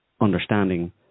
understanding